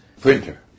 Printer